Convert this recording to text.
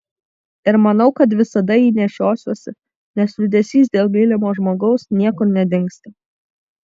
ir manau kad visada jį nešiosiuosi nes liūdesys dėl mylimo žmogaus niekur nedingsta